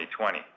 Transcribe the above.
2020